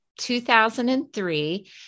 2003